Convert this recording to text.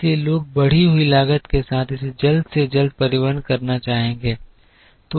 इसलिए लोग बढ़ी हुई लागत के साथ इसे जल्द से जल्द परिवहन करना चाहेंगे